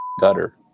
gutter